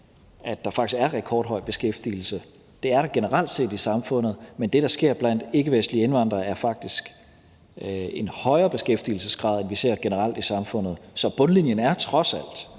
at der faktisk er rekordhøj beskæftigelse. Det er der generelt set i samfundet, men det, der sker blandt ikkevestlige indvandrere viser faktisk en højere beskæftigelsesgrad, end vi ser generelt i samfundet. Så bundlinjen er trods alt,